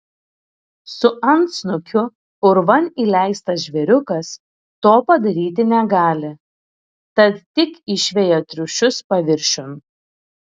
su antsnukiu urvan įleistas žvėriukas to padaryti negali tad tik išveja triušius paviršiun